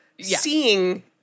seeing